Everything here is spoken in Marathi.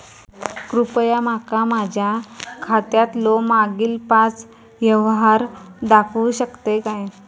कृपया माका माझ्या खात्यातलो मागील पाच यव्हहार दाखवु शकतय काय?